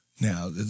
Now